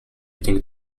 eating